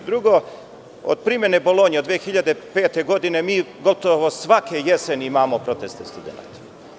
Drugo, od primene Bolonje od 2005. godine mi gotovo svake jeseni imamo proteste studenata.